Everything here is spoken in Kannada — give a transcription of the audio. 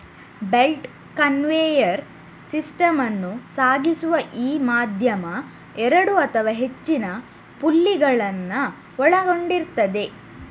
ಬೆಲ್ಟ್ ಕನ್ವೇಯರ್ ಸಿಸ್ಟಮ್ ಅನ್ನು ಸಾಗಿಸುವ ಈ ಮಾಧ್ಯಮ ಎರಡು ಅಥವಾ ಹೆಚ್ಚಿನ ಪುಲ್ಲಿಗಳನ್ನ ಒಳಗೊಂಡಿರ್ತದೆ